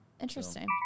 Interesting